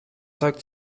zeug